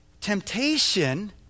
temptation